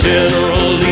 General